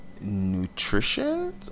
nutrition